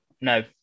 No